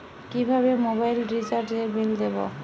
কিভাবে মোবাইল রিচার্যএর বিল দেবো?